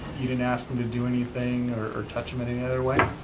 you didn't ask him to do anything, or or touch him in any other way?